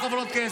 עוד חברות כנסת.